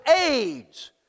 AIDS